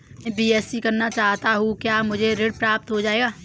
मैं बीएससी करना चाहता हूँ क्या मुझे ऋण प्राप्त हो जाएगा?